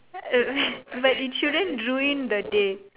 but it shouldn't ruin the date